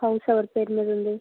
house ఎవరి పేరు మీద ఉంది